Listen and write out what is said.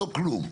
לא כלום,